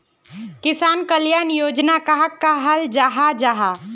किसान कल्याण योजना कहाक कहाल जाहा जाहा?